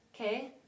okay